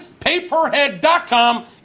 Paperhead.com